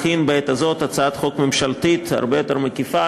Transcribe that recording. מכין בעת הזאת הצעת חוק ממשלתית הרבה יותר מקיפה